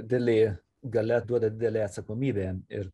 dilė galia duoda didelę atsakomybę ir